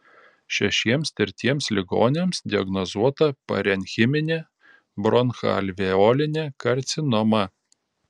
šešiems tirtiems ligoniams diagnozuota parenchiminė bronchoalveolinė karcinoma